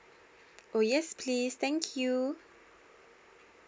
oh yes please thank you